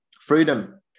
freedom